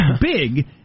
big